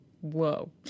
Whoa